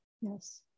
Yes